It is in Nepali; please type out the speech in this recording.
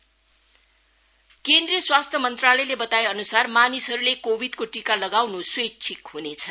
कोविट भ्याक्सिन केन्द्रिय स्वास्थ्य मन्त्रालयले बताए अनुसार मानिसहरूले कोविडको टीका लगाउनु स्वेच्छिक हुनेछ